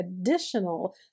additional